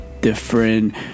different